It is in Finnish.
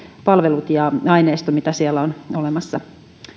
palvelut ja aineisto mitä siellä on olemassa